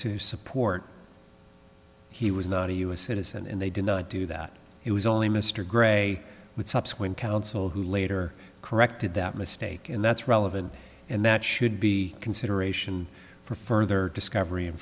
to support he was not a u s citizen and they did not do that he was only mr gray with subsequent counsel who later corrected that mistake and that's relevant and that should be consideration for further discovery and